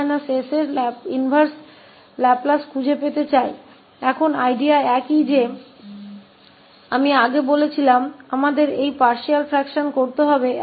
अब विचार वैसा ही है जैसा मैंने पहले कहा था कि हमें यह आंशिक भिन्न करना है